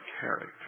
character